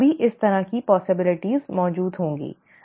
तभी इस तरह की संभावनाएं मौजूद होंगी है ना